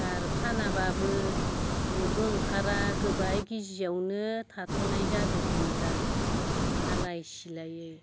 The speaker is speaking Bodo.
दा आरो फानाबाबो न'बो ओंखारा गोबाय गिजियावनो थाथ'नाय जादो जों दा आलाय सिलायै